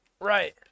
Right